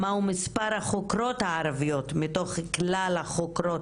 מהו מספר החוקרות הערביות מתוך כלל החוקרות